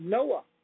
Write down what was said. Noah